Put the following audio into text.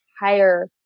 higher